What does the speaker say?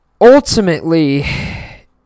ultimately